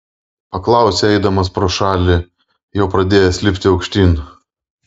paklausė eidamas pro šalį jau pradėjęs lipti aukštyn